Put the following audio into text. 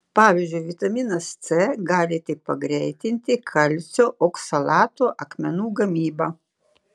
pavyzdžiui vitaminas c gali tik pagreitinti kalcio oksalato akmenų gamybą